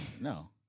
No